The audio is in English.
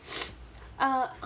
err